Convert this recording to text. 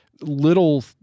little